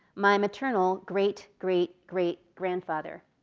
my maternal great great great grandfather.